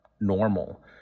normal